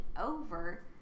over